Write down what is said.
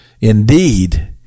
indeed